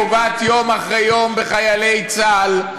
פוגעת יום אחרי יום בחיילי צה"ל,